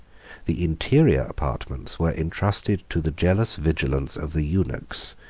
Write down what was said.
the interior apartments were intrusted to the jealous vigilance of the eunuchs,